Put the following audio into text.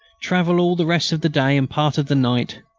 travel all the rest of the day and part of the night,